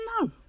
No